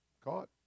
caught